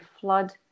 flood